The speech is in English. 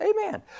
Amen